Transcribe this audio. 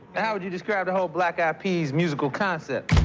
how would you describe the whole black eyed peas musical concept?